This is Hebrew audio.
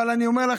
אבל אני אומר לך,